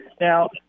Now